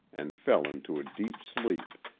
and fell into a deep sleep.